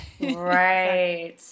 Right